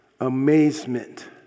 amazement